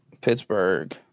Pittsburgh